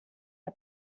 der